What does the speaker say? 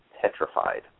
petrified